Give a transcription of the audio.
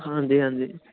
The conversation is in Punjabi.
ਹਾਂਜੀ ਹਾਂਜੀ